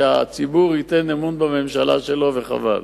שבה הציבור ייתן אמון בממשלה שלו, וחבל.